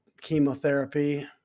chemotherapy